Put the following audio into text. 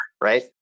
right